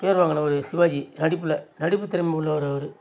பேர் வாங்கினவரு சிவாஜி நடிப்பில் நடிப்புத் திறமை உள்ளவர் அவர்